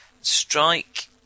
Strike